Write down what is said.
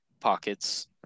pockets